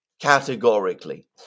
categorically